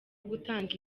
gutanga